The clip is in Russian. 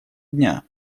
дня